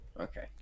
Okay